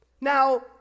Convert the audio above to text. Now